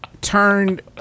turned